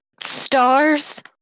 stars